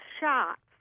shots